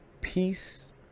peace